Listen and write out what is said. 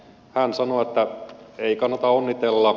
hän sanoi että ei kannata onnitella